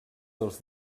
dels